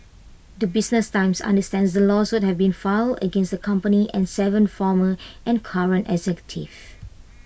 the business times understands the lawsuit have been filed against company and Seven former and current executives